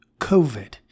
COVID